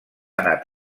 anat